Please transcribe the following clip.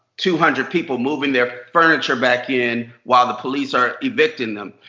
two hundred people moving their furniture back in while the police are evicting them.